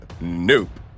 Nope